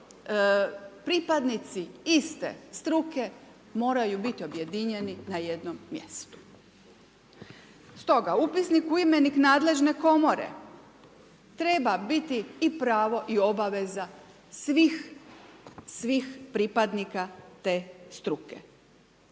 pripadnici iste struke moraju biti objedinjeni na jednom mjestu. Stoga upisnik u imenik nadležne Komore treba biti i pravo i obaveza svih pripadnika te struke.